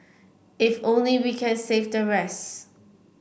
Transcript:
if only we can save the rest